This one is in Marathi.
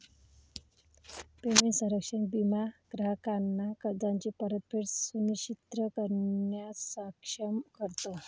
पेमेंट संरक्षण विमा ग्राहकांना कर्जाची परतफेड सुनिश्चित करण्यास सक्षम करतो